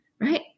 right